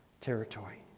territory